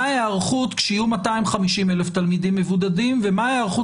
ההיערכות כשיהיו 250,000 תלמידים מבודדים ומה ההיערכות